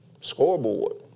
Scoreboard